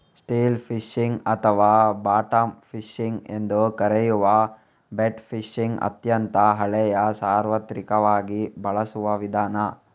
still fishing ಅಥವಾ bottom fishing ಎಂದೂ ಕರೆಯುವ ಬೆಟ್ ಫಿಶಿಂಗ್ ಅತ್ಯಂತ ಹಳೆಯ ಸಾರ್ವತ್ರಿಕವಾಗಿ ಬಳಸುವ ವಿಧಾನ